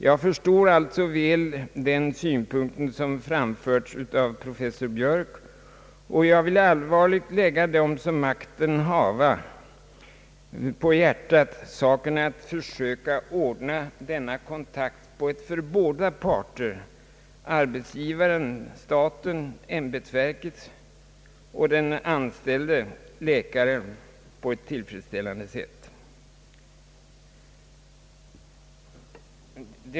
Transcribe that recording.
Jag förstår alltså väl den synpunkt, som framförts av professor Biörck, och jag vill allvarligt lägga dem som makten hava på hjärtat att försöka ordna denna kontakt på ett för båda parter, arbetsgivaren — staten-ämbetsverket — och den anställde — läkaren —, tillfredsställande sätt.